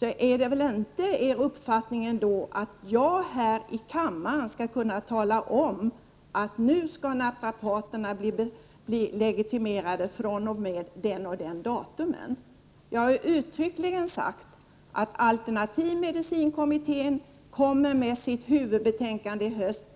Det är väl ändå inte er uppfattning att jag här i kammaren skall kunna tala om att naprapaterna skall bli legitimerade från och med det och det datumet? Jag har ju uttryckligen sagt att alternativmedicinkommittén kommer med sitt huvudbetänkande i höst.